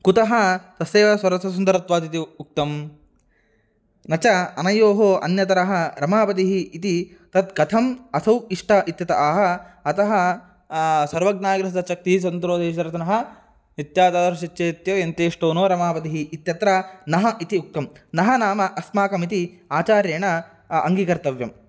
कुतः तस्यैव स्वरससुन्दरत्वादिति उ उक्तं न च अनयोः अन्यतरः रमापतिः इति तत् कथम् असौ इष्ट इत्यतः आह अतः सर्वज्ञाकिल स शक्तिः स्वतन्त्रो देहि सरचनः नित्या तादृशच्चेत्यो यन्तिष्टो नो रमापतिः इत्यत्र नः इति उक्तं नः नाम अस्माकमिति आचार्येण अङ्गीकर्तव्यम्